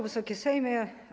Wysoki Sejmie!